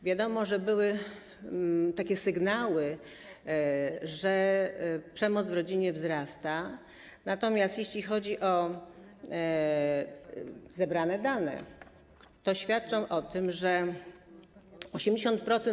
Wiadomo, że były takie sygnały, że poziom przemoc w rodzinie wzrasta, natomiast jeśli chodzi o zebrane dane, to świadczą one o tym, że 80%.